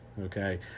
okay